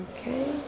Okay